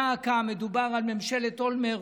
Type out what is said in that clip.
דא עקא, מדובר על ממשלת אולמרט.